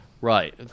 Right